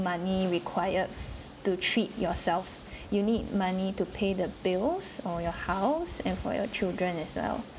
money required to treat yourself you need money to pay the bills or your house and for your children as well